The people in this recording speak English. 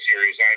series